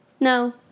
no